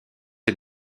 est